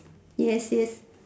yes yes